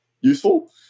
useful